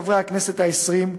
חברי הכנסת העשרים,